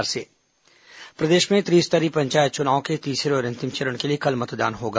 पंचायत चुनाव प्रदेश में त्रिस्तरीय पंचायत चुनाव के तीसरे और अंतिम चरण के लिए कल मतदान होगा